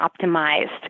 optimized